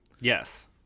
Yes